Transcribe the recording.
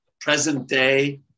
present-day